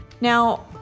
now